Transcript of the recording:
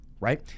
right